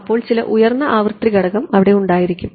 അതിനാൽ ചില ഉയർന്ന ആവൃത്തി ഘടകം അവിടെ ഉണ്ടായിരിക്കും